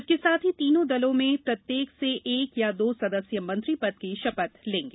इसके साथ ही तीनों दलों में प्रत्येक से एक या दो सदस्य मंत्री पद की शपथ लेंगे